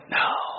no